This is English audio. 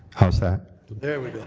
how's that? there we